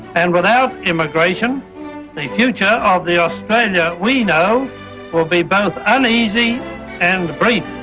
and without immigration the future ah of the australia we know will be both uneasy and brief.